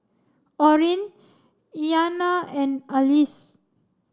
Orin Iyanna and Alease